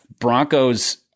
Broncos